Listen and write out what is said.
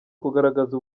kugaragaza